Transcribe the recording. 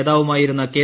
നേതാവുമായിരുന്ന K